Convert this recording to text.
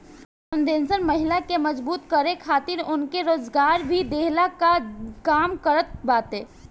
foundation महिला के मजबूत करे खातिर उनके रोजगार भी देहला कअ काम करत बाटे